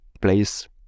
place